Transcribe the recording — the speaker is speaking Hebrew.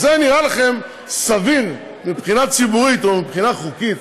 אז זה נראה לכם סביר מבחינה ציבורית או מבחינה חוקית?